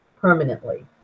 permanently